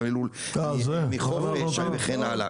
מלולי חופש וכן הלאה.